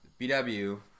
BW